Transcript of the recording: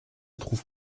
trouve